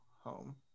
home